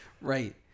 right